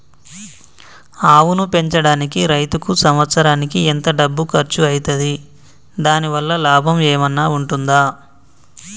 ఆవును పెంచడానికి రైతుకు సంవత్సరానికి ఎంత డబ్బు ఖర్చు అయితది? దాని వల్ల లాభం ఏమన్నా ఉంటుందా?